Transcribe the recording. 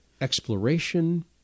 exploration